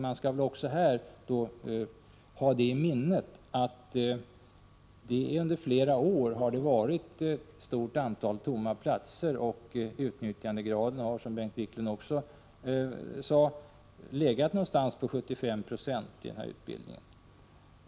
Man skall även här ha i minnet att det under flera år har varit ett stort antal tomma platser, och utnyttjandegraden har, som också Bengt Wiklund sade, legat någonstans på 75 90 inom denna utbildning.